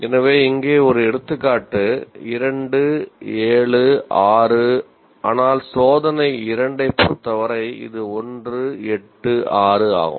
எனவே இங்கே ஒரு எடுத்துக்காட்டு 2 7 6 ஆனால் சோதனை 2 ஐப் பொறுத்தவரை இது 1 8 6 ஆகும்